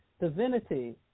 divinity